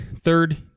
Third